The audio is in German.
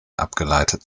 abgeleitet